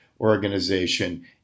organization